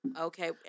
Okay